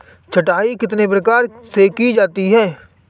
छँटाई कितने प्रकार से की जा सकती है?